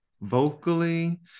vocally